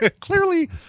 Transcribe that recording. clearly